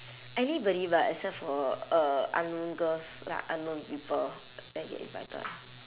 anybody but except for uh unknown girls like unknown people that get invited